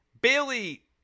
Bailey